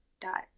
dot